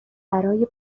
برای